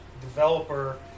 developer